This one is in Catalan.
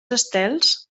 estels